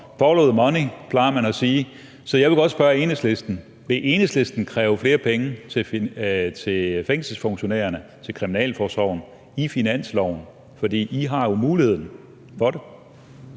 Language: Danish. Follow the money, plejer man at sige. Så jeg vil godt spørge Enhedslisten: Vil Enhedslisten kræve flere penge i finansloven til fængselsfunktionærerne, til Kriminalforsorgen? For I har jo muligheden for det.